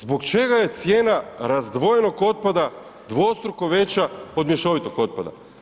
Zbog čega je cijena razdvojenog otpada dvostruko veća od mješovitog otpada?